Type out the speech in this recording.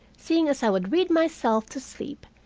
seeing as i would read myself to sleep,